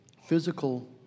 physical